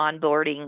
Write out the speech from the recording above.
onboarding